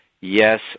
Yes